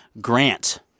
Grant